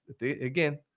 again